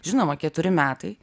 žinoma keturi metai